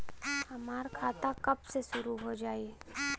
हमार खाता कब से शूरू हो जाई?